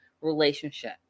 relationship